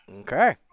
Okay